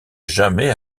jamais